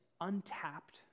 untapped